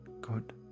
good